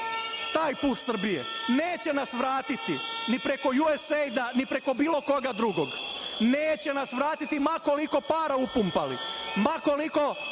taj put Srbije. Neće nas vratiti ni preko USAID, ni preko bilo koga drugog, neće nas vratiti ma koliko para upumpali, ma koliko